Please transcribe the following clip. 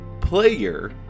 player